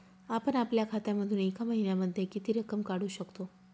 आपण आपल्या खात्यामधून एका महिन्यामधे किती रक्कम काढू शकतो?